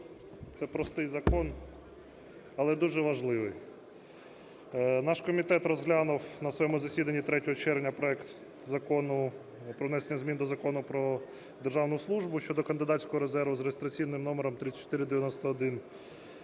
Це простий закон, але дуже важливий. Наш комітет розглянув на своєму засіданні 3 червня проект Закону про внесення змін до Закону "Про державну службу" щодо кандидатського резерву за (реєстраційним номером 3491),